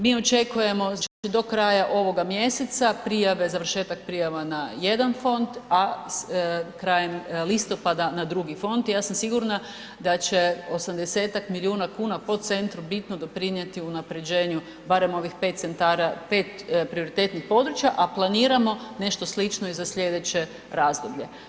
Mi očekujemo znači do kraja ovoga mjeseca prijave, završetak prijava na jedan fond, a krajem listopada na drugi fond, ja sam sigurna da će 80-tak milijuna kuna po centru bitno doprinijeti unapređenju barem ovih 5 centara, 5 prioritetnih područja, a planiramo nešto slično i za slijedeće razdoblje.